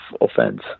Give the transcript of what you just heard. offense